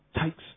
takes